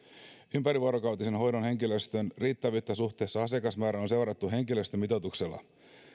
ympärivuorokautisen hoidon henkilöstön riittävyyttä suhteessa asiakasmäärään on seurattu henkilöstömitoituksella